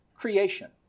creation